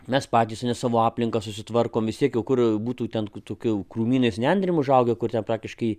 mes patys savo aplinką sutvarkom vis tiek jau kur būtų ten tokių krūmynais nendrėm užaugę kur ten praktiškai